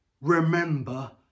remember